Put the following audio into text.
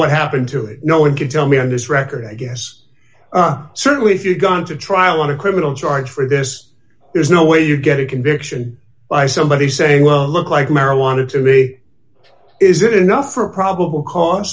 what happened to it no one can tell me on this record i guess sir if you've gone to trial on a criminal charge for this there's no way you get a conviction by somebody saying well look like marijuana to me is that enough for a probable cause